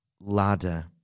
Ladder